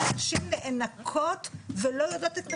כרגע הנשים נאנקות ולא יודעות את נפשן,